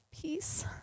peace